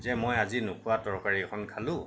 যে মই আজি নোখোৱা তৰকাৰী এখন খালোঁ